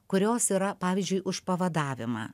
kurios yra pavyzdžiui už pavadavimą